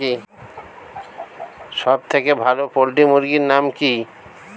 সবথেকে ভালো পোল্ট্রি মুরগির নাম কি?